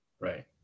Right